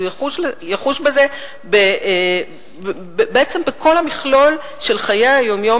הוא יחוש בזה בעצם בכל המכלול של חיי היום-יום